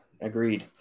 Agreed